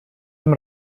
dem